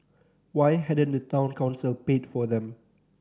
why hadn't the Town Council paid for them